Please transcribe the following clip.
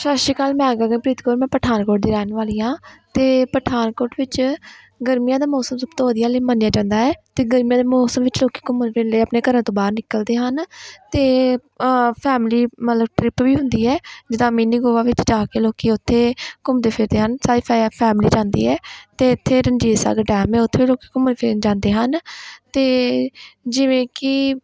ਸਤਿ ਸ਼੍ਰੀ ਅਕਾਲ ਮੈਂ ਗਗਨਪ੍ਰੀਤ ਕੌਰ ਮੈਂ ਪਠਾਨਕੋਟ ਦੀ ਰਹਿਣ ਵਾਲੀ ਹਾਂ ਅਤੇ ਪਠਾਨਕੋਟ ਵਿੱਚ ਗਰਮੀਆਂ ਦਾ ਮੌਸਮ ਸਭ ਤੋਂ ਵਧੀਆ ਲਈ ਮੰਨਿਆ ਜਾਂਦਾ ਹੈ ਅਤੇ ਗਰਮੀਆਂ ਦੇ ਮੌਸਮ ਵਿੱਚ ਲੋਕ ਘੁੰਮਣ ਫਿਰਨ ਲਈ ਆਪਣੇ ਘਰਾਂ ਤੋਂ ਬਾਹਰ ਨਿਕਲਦੇ ਹਨ ਅਤੇ ਫੈਮਲੀ ਮਤਲਬ ਟਰਿਪ ਵੀ ਹੁੰਦੀ ਹੈ ਜਿੱਦਾਂ ਮਿੰਨੀ ਗੋਆ ਵਿੱਚ ਜਾ ਕੇ ਲੋਕ ਉੱਥੇ ਘੁੰਮਦੇ ਫਿਰਦੇ ਹਨ ਸਾਰੀ ਫੈ ਫੈਮਲੀ ਜਾਂਦੀ ਹੈ ਅਤੇ ਇੱਥੇ ਰਣਜੀਤ ਸਾਗਰ ਡੈਮ ਆ ਉੱਥੇ ਲੋਕ ਘੁੰਮਣ ਫਿਰਨ ਜਾਂਦੇ ਹਨ ਅਤੇ ਜਿਵੇਂ ਕਿ